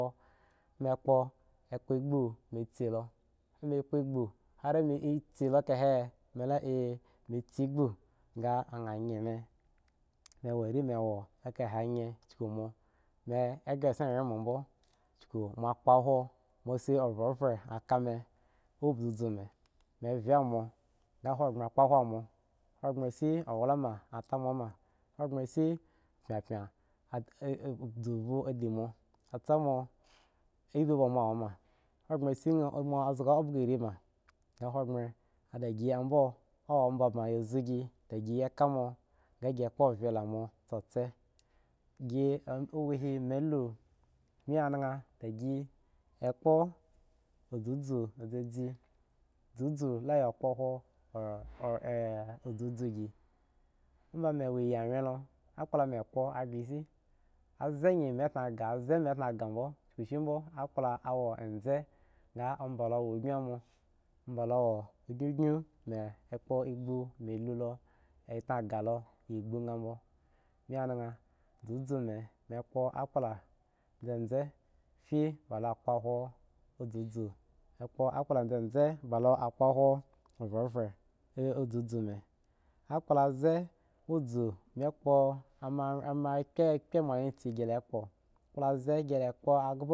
Meko mi kpo glo mi si lo nan kpo gbo mi si la ka he ga a mu are mi hwo ave yen mi a ga sin hiw mo bmo ma kpohw mi shi vu ve a kami mi vye mo mi hogbren kpo kho mo hongbre si ula a tamo hogbre si pya pya da mo a sa zu hulau di mo samo abi ba mo mo ut ma hogbren shi zga abogo oven bang hongbre omba ba ya bze bno da giga lamo ga kpo ovye lamo sose mi hohe ani anana da gi epo ozu zeze la kpo kho embe wo zi a lo akpla mo kpo a gishi abze mi taaga abzze mu tan aga bmo omba lo a mu anan mu kpo zeze fye balo kho bla kpo khk zeze mu akpo bla kpo who ove ove uzuzu mi akpla abze mi zu mu kpo a bogo agulo.